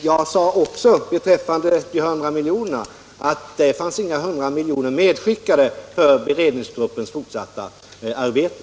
Jag sade också beträffande de 100 milj.kr. att det fanns inga 100 milj.kr. medskickade för beredningsgruppens fortsatta arbete.